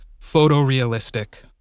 photorealistic